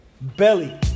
Belly